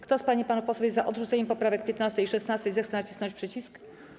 Kto z pań i panów posłów jest za odrzuceniem poprawek 15. i 16., zechce nacisnąć przycisk.